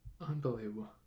Unbelievable